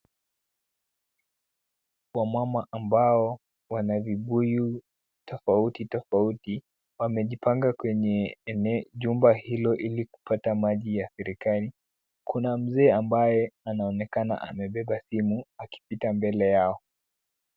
Wamama ambao wana vibuyu tofauti tofauti ,wamejipanga kwenye jumba hilo ili kupata maji ya serikali. Kuna mzee ambaye anaonekana amebeba simu akipita mbele yao.